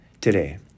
today